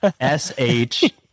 S-H